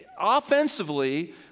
offensively